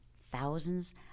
thousands